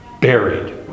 buried